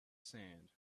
sand